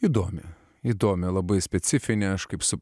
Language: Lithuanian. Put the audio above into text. įdomią įdomią labai specifinę aš kaip su